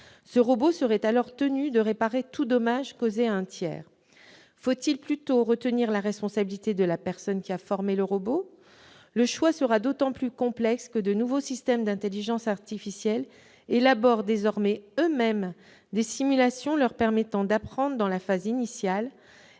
Ce robot serait alors tenu de « réparer tout dommage causé à un tiers ». Faut-il plutôt retenir la responsabilité de la personne ayant programmé le robot ? Le choix sera d'autant plus complexe que de nouveaux systèmes d'intelligence artificielle élaborent désormais eux-mêmes des simulations leur permettant d'apprendre dans la phase initiale,